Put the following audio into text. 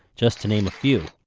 just to name a few.